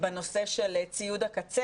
בנושא של ציוד הקצה,